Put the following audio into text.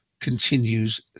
continues